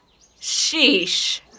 Sheesh